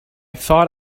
thought